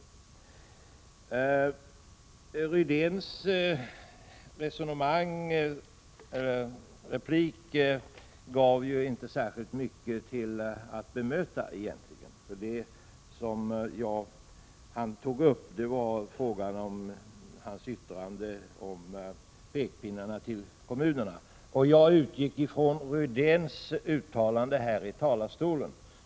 Beträffande Rune Rydéns replik är det egentligen inte mycket som behöver bemötas. Han tog upp sitt yttrande om pekpinnarna till kommunerna. I fråga om detta utgick jag från Rune Rydéns uttalande här i talarstolen.